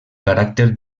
caràcter